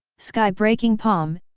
sky breaking palm,